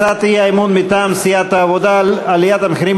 הצעת האי-אמון מטעם סיעת העבודה: עליית המחירים